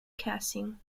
casing